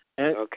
Okay